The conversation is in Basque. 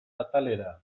atalera